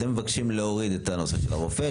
אתם מבקשים להוריד את הנושא של הרופא,